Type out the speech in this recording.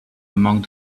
among